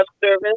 service